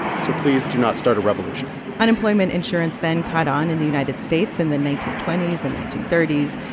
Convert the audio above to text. so please do not start a revolution unemployment insurance then caught on in the united states in the nineteen twenty s and nineteen thirty s.